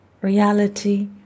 reality